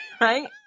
right